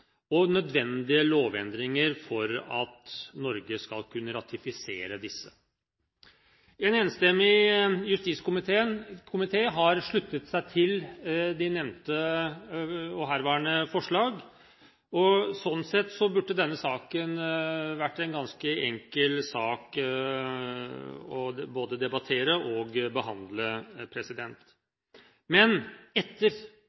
og nødvendige lovendringer for at Norge skal kunne ratifisere disse. En enstemmig justiskomité har sluttet seg til de nevnte og herværende forslag. Slik sett burde denne saken vært ganske enkel både å debattere og å behandle. Men etter